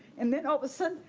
and then all of a sudden,